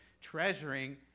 treasuring